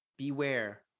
beware